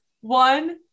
One